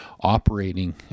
operating